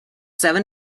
seven